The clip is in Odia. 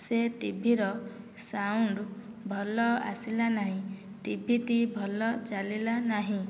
ସେ ଟିଭିର ସାଉଣ୍ଡ୍ ଭଲ ଆସିଲା ନାହିଁ ଟିଭିଟି ଭଲ ଚାଲିଲା ନାହିଁ